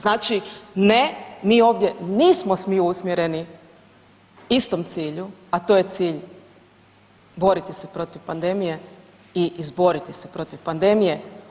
Znači ne, mi ovdje nismo svi usmjereni istom cilju, a to je cilj boriti se protiv pandemije i izboriti se protiv pandemije.